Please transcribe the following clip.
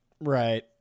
Right